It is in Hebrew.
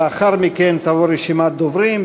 לאחר מכן תובא רשימת דוברים.